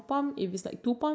make up tips